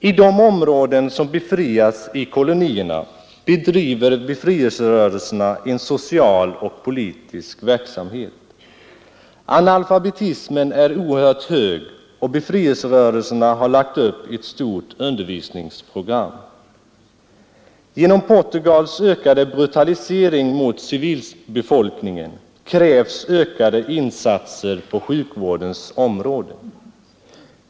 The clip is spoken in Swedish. I de områden som befriats i kolonierna bedriver befrielserörelserna en social och politisk verksamhet. Analfabetismen är oerhört hög, och befrielserörelserna har lagt upp ett stort undervisningsprogram. Genom Portugals ökade brutalisering gentemot civilbefolkningen krävs ökade insatser på sjukvårdens område.